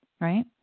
right